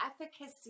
efficacy